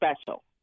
special